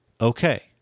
okay